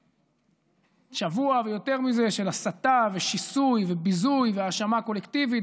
לשבוע ויותר מזה של הסתה ושיסוי וביזוי והאשמה קולקטיבית